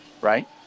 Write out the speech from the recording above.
right